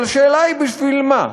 אבל השאלה היא, בשביל מה?